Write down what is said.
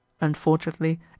Unfortunately